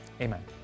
Amen